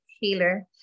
healer